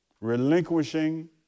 relinquishing